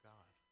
God